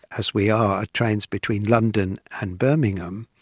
as we are, trains between london and birmingham,